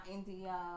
India